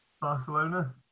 Barcelona